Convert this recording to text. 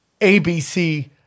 ABC